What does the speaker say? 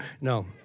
No